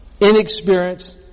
inexperienced